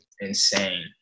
Insane